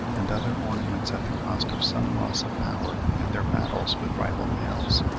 and other ornaments at the cost of some loss of power in their battles with rival males.